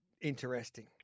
interesting